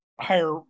higher